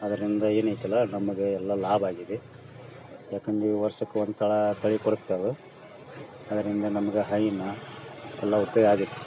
ಅದರಿಂದ ಏನು ಐತಲ್ಲ ನಮಗೆ ಎಲ್ಲ ಲಾಭ ಆಗಿದೆ ಏಕಂದ್ರೆ ವರ್ಷಕ್ಕೆ ಒಂದು ಸಲ ತಳಿ ಕೊಡತ್ತೆ ಅದು ಅದರಿಂದ ನಮ್ಗೆ ಹೈನು ಎಲ್ಲ ಉಪ್ಯೋಗ ಆಗಿತ್ತು